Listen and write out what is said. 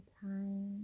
time